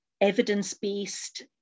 evidence-based